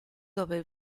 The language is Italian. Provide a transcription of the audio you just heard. dove